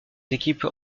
équipes